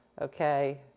okay